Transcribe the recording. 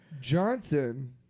Johnson